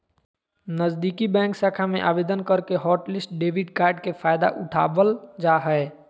नजीदीकि बैंक शाखा में आवेदन करके हॉटलिस्ट डेबिट कार्ड के फायदा उठाबल जा हय